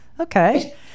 Okay